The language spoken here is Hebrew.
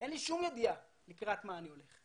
אין לי שום ידיעה לקראת מה אני הולך.